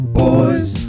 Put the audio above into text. boys